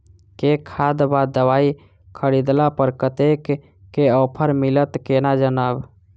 केँ खाद वा दवाई खरीदला पर कतेक केँ ऑफर मिलत केना जानब?